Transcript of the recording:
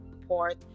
support